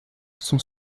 sont